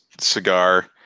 cigar